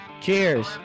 Cheers